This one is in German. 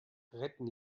retten